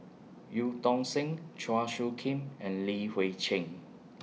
EU Tong Sen Chua Soo Khim and Li Hui Cheng